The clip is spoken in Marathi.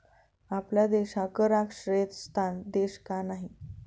आपला देश हा कर आश्रयस्थान देश का नाही?